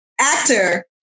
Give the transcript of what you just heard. actor